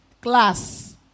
class